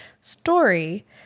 story